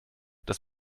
dass